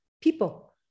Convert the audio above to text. people